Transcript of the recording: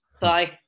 Bye